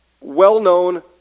well-known